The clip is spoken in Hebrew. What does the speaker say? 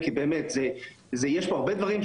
מהשטח או מהתעשייה או מהמגדלים,